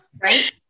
right